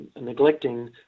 neglecting